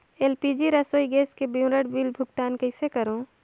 LPG रसोई gas के विवरण बिल भुगतान कइसे करों?